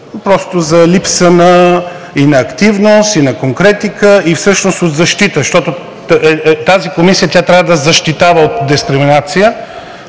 за липса и на активност, и на конкретика, и всъщност на защита, защото тази комисия трябва да защитава от дискриминация.